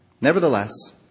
Nevertheless